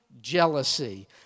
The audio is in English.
jealousy